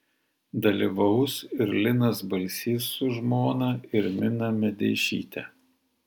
dalyvaus ir linas balsys su žmona irmina medeišyte